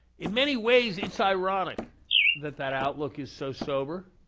in many ways, it's ironic that that outlook is so sober,